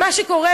מה שקורה,